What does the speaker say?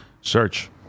Search